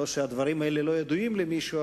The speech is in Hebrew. לא שהדברים האלה לא היו ידועים למישהו,